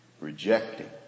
Rejecting